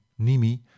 Nimi